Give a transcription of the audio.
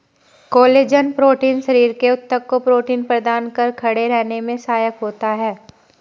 collagen protein शरीर के ऊतक को प्रोटीन प्रदान कर खड़े रहने में सहायक होता है